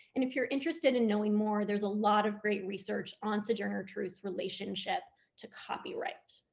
and if you're interested in knowing more, there's a lot of great research on sojourner truth's relationship to copyright.